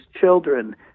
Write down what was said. children